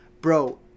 Bro